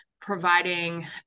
providing